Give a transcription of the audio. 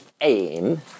aim